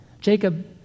Jacob